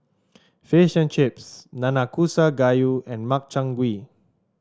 Fish and Chips Nanakusa Gayu and Makchang Gui